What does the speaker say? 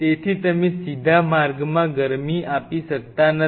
તેથી તમે સીધા માર્ગમાં ગરમી આપી શકતા નથી